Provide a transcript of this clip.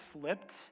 slipped